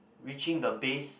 reaching the base